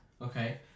okay